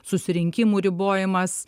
susirinkimų ribojimas